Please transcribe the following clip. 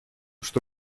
что